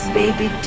baby